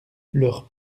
leurs